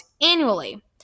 annually